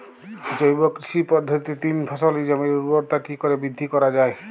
জৈব কৃষি পদ্ধতিতে তিন ফসলী জমির ঊর্বরতা কি করে বৃদ্ধি করা য়ায়?